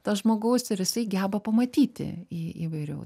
to žmogaus ir jisai geba pamatyti į įvairiau